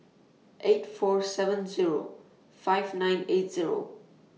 eight four seven Zero five nine eight Zero